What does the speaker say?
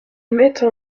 mettent